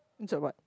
inside what